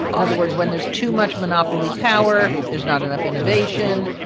in other words, when there's too much monopoly power, there's not enough innovation.